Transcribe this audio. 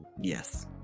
yes